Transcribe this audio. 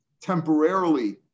temporarily